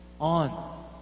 on